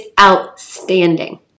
outstanding